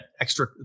extra